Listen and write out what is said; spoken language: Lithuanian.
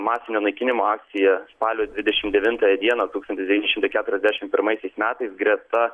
masinio naikinimo akciją spalio dvidešim devintąją dieną tūkstantis devyni šimtai keturiasdešim pirmaisiais metais greta